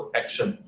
action